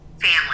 family